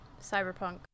Cyberpunk